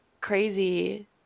crazy